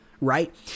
right